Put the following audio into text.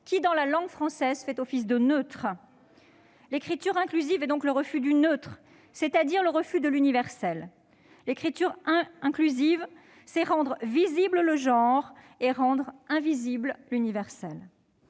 qui, dans la langue française, fait office de neutre. L'écriture inclusive est donc le refus du neutre, c'est-à-dire de l'universel. L'écriture inclusive, c'est rendre visible le genre et rendre invisible l'universel.